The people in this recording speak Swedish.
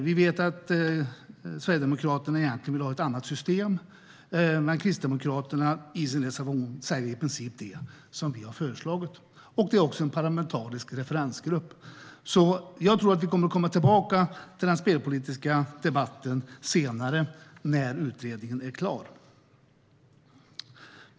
Vi vet att Sverigedemokraterna egentligen vill ha ett annat system. Men Kristdemokraterna säger i sin reservation i princip det som vi har föreslagit. Det finns också en parlamentarisk referensgrupp. Jag tror alltså att vi kommer att komma tillbaka till den spelpolitiska debatten senare, när utredningen är klar.